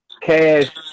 Cash